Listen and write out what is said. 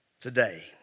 today